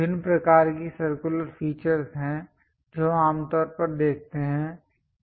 विभिन्न प्रकार की सर्कुलर फीचर्स हैं जो हम आमतौर पर देखते हैं